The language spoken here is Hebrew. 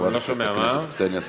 חברת הכנסת קסניה סבטלובה.